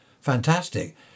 Fantastic